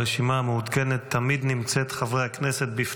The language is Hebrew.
הרשימה המעודכנת תמיד נמצאת לפניכם,